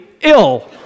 ill